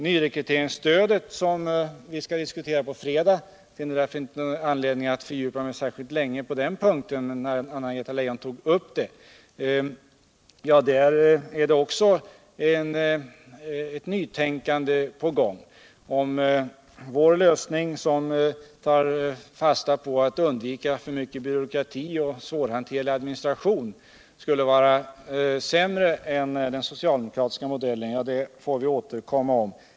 Nyrekryteringsstödet, som vi skall diskutera på fredag, finner jag ingen anledning att fördjupa mig särskilt i. Men Anna-Greta Leijon tog upp frågan. Ja, där är också ett nytiinkande på gång. Om vår lösning, vilken tar fasta på att man skall undvika för mycket byråkrati och svårhanterlig administration, skulle visa sig sämre än den socialdemokratiska modellen, så får vi återkomma till det.